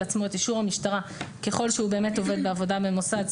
עצמו את אישור המשטרה ככל שהוא באמת עובד בעבודה במוסד,